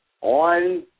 on